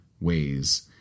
ways